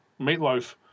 Meatloaf